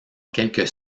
quelques